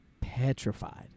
petrified